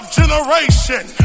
generation